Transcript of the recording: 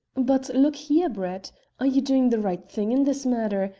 but look here, brett are you doing the right thing in this matter?